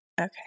Okay